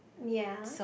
ya